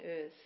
earth